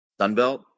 Sunbelt